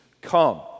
come